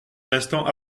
l’instant